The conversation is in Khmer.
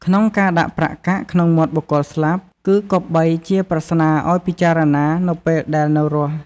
ក្នុងការដាក់ប្រាក់កាក់ក្នុងមាត់បុគ្គលស្លាប់ គឺគប្បីជាប្រស្នាឲ្យពិចារណានៅពេលដែលនៅរស់។